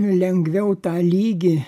lengviau tą lygį